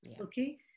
Okay